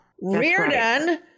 Reardon